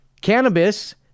Cannabis